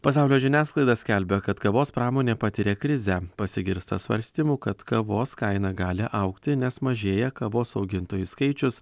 pasaulio žiniasklaida skelbia kad kavos pramonė patiria krizę pasigirsta svarstymų kad kavos kaina gali augti nes mažėja kavos augintojų skaičius